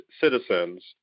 citizens